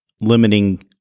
limiting